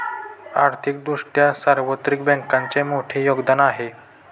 आर्थिक दृष्ट्या सार्वत्रिक बँकांचे मोठे योगदान आहे